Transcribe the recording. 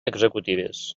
executives